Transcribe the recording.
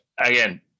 again